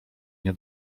nie